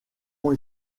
ont